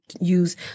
use